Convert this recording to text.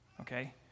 Okay